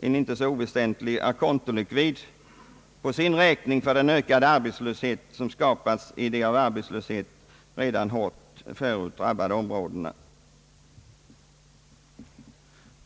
en inte oväsentlig å conto-likvid på sin räkning för den ökade arbetslöshet som skapats i de av arbetslöshet redan hårt drabbade områdena.